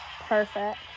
Perfect